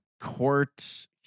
court